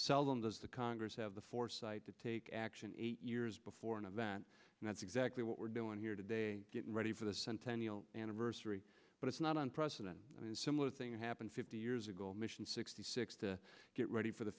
seldom does the congress have the foresight to take action eight years before an event and that's exactly what we're doing here today getting ready for the centennial anniversary but it's not unprecedented and similar thing happened fifty years ago mission sixty six to get ready for the